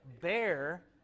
Bear